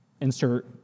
insert